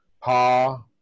pa